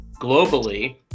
globally